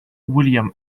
william